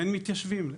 ואין מתיישבים.